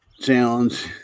Challenge